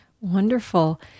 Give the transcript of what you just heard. Wonderful